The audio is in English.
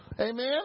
Amen